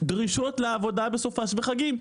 'דרישות לעבודה בסופ"ש וחגים'.